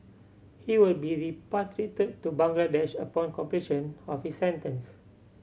he will be repatriated to Bangladesh upon completion of his sentence